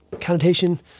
connotation